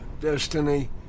Destiny